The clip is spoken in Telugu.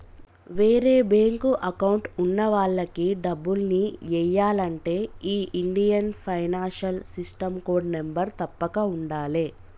వేరే బ్యేంకు అకౌంట్ ఉన్న వాళ్లకి డబ్బుల్ని ఎయ్యాలంటే ఈ Indian financial system code number తప్పక ఉండాలే